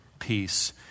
peace